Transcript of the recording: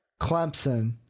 Clemson